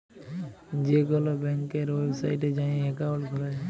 যে কল ব্যাংকের ওয়েবসাইটে যাঁয়ে একাউল্ট খুলা যায়